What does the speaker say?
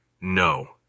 No